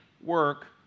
work